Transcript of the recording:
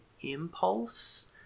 impulse